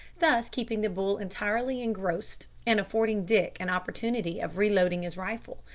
thus keeping the bull entirely engrossed, and affording dick an opportunity of re-loading his rifle,